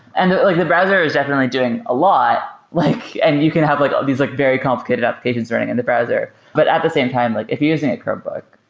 and the like the browser is definitely doing a lot, like and you can have like these like very complicated applications running in the browser. but at the same time, like if you're using a chromebook,